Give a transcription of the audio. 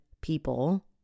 people